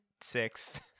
six